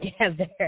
together